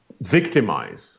victimize